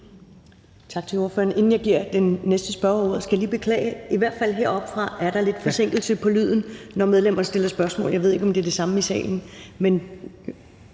Tak til ordføreren. Inden jeg giver den næste spørger ordet, skal jeg lige beklage, at der er lidt forsinkelse på lyden, i hvert fald hørt heroppefra, når medlemmerne stiller spørgsmål. Jeg ved ikke, om der gælder det samme i salen